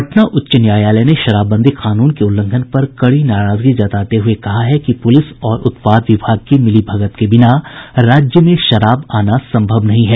पटना उच्च न्यायालय ने शराबबंदी कानून के उल्लंघन पर कड़ी नाराजगी जताते हये कहा है कि पूलिस और उत्पाद विभाग की मिलीभगत के बिना राज्य में शराब आना सम्भव नहीं है